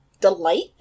delight